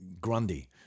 Grundy